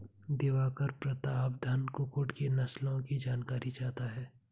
दिवाकर प्रतापधन कुक्कुट की नस्लों की जानकारी चाहता है